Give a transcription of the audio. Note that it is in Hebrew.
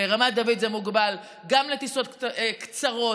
ברמת דוד זה מוגבל גם לטיסות קצרות,